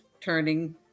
turning